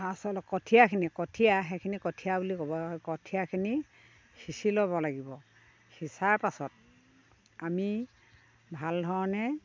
আচলতে কঠীয়াখিনি কঠীয়া সেইখিনি কঠীয়া বুলি ক'ব হয় কঠীয়াখিনি সিঁচি ল'ব লাগিব সিঁচাৰ পাছত আমি ভাল ধৰণে